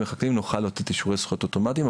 החקלאיים נוכל לתת אישורי זכויות אוטומטיים,